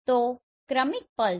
તો ક્રમિક પલ્સ